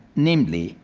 namely,